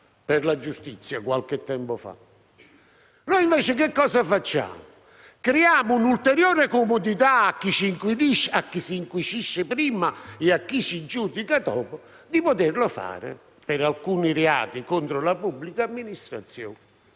per la giustizia qualche tempo fa - che cosa facciamo invece? Creiamo l'ulteriore comodità, a chi si inquisisce prima e a chi si giudica dopo, di poterlo fare, per alcuni reati contro la pubblica amministrazione,